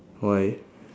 why